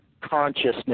consciousness